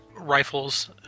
rifles